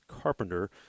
Carpenter